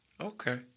Okay